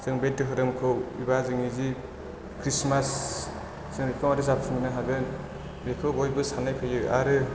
जों बे धोरोमखौ एबा जोंनि जि खृसमास जों बेखौ मारै जाफुंहोनो हागोन बेखौ बयबो सान्नाय फैयो आरो